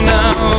now